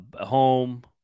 home